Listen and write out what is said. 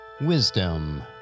Wisdom